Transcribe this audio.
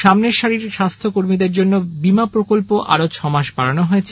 সামনের সারির স্বাস্থ্য কর্মীদের জন্য বীমা প্রকল্প আরো ছয় মাস বাড়ানো হয়েছে